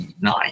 nine